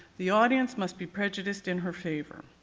the audience must be prejudiced in her favor.